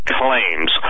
claims